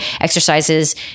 exercises